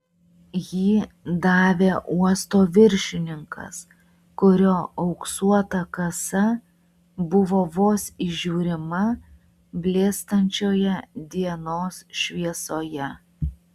jį davė uosto viršininkas kurio auksuota kasa buvo vos įžiūrima blėstančioje dienos šviesoje